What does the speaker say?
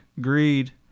greed